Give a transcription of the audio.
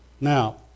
Now